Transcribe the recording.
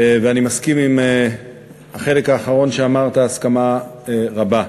ואני מסכים עם החלק האחרון שאמרת הסכמה רבה.